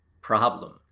problem